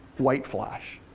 white flash.